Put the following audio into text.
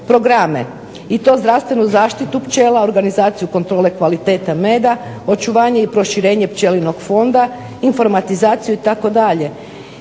i to zdravstvenu zaštitu pčela, organizaciju kontrole kvalitete meda, očuvanje i proširenje pčelinjeg fonda, informatizaciju itd.